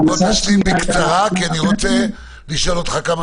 תשלים בקצרה כי אני רוצה לשאול אותך כמה